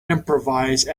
improvise